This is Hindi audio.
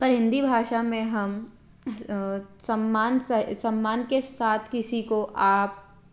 पर हिंदी भाषा में हम सम्मान सम्मान के साथ किसी को आप